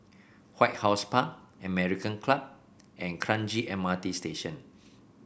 White House Park American Club and Kranji M R T Station